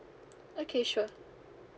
okay sure